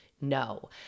no